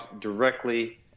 directly